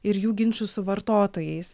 ir jų ginčus su vartotojais